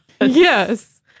Yes